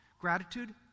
Gratitude